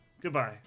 Goodbye